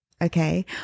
Okay